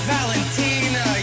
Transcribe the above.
Valentina